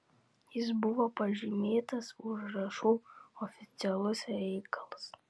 jis buvo pažymėtas užrašu oficialus reikalas